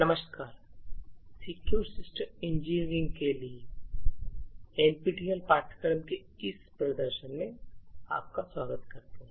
नमस्कार secure system engineering के लिए एनपीटीईएल पाठ्यक्रम के इस प्रदर्शन में स्वागत करते हैं